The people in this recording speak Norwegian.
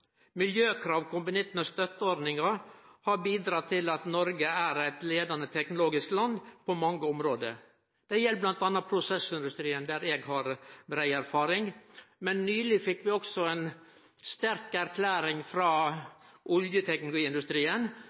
Miljøkrav kombinert med støtteordningar har bidrege til at Noreg er eit leiande teknologisk land på mange område. Det gjeld bl.a. prosessindustrien, der eg har brei erfaring. Nyleg fekk vi òg ei sterk erklæring frå oljeteknologiindustrien,